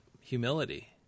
humility